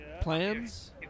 plans